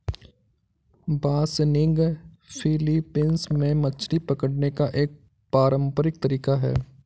बासनिग Philippines में मछली पकड़ने का एक पारंपरिक तरीका है